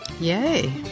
Yay